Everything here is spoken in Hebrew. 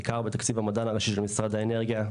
בעיקר בתקציב המדען הראשי של משרד האנרגיה,